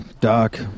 Doc